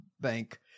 bank